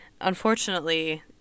unfortunately